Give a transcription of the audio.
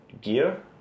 gear